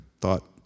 thought